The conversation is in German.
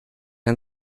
ein